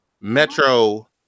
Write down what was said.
Metro